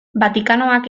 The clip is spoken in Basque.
vatikanoak